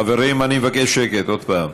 חברים, אני מבקש שקט עוד פעם.